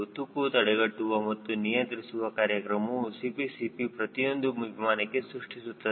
ತುಕ್ಕು ತಡೆಗಟ್ಟುವ ಮತ್ತು ನಿಯಂತ್ರಿಸುವ ಕಾರ್ಯಕ್ರಮವು CPCP ಪ್ರತಿಯೊಂದು ವಿಮಾನಕ್ಕೆ ಸೃಷ್ಟಿಸುತ್ತದೆ